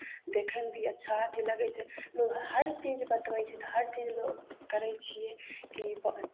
देखयमे भी अच्छा अथी लगै छै लोग हर चीज बतबै छै तऽ हर चीज लोग करै छियै कि